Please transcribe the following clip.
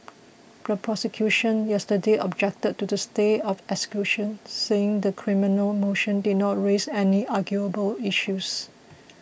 yesterday objected to the stay of execution saying the criminal motion did not raise any arguable issues